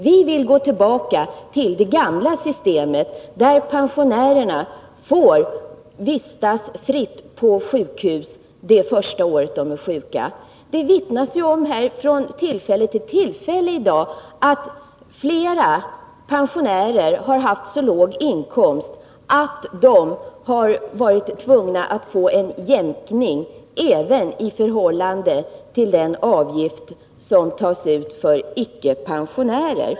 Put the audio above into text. Vi vill gå tillbaka till det gamla systemet, där pensionärerna får vistas fritt på sjukhus det första året de är sjuka. Det har gång på gång omvittnats här i dag, att flera pensionärer haft så låga inkomster att man varit tvungen att bevilja dem jämkning i förhållande till den avgift som tas ut för icke-pensionärer.